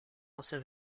anciens